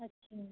अच्छा